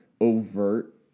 overt